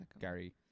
Gary